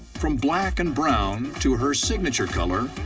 from black and brown to her signature color,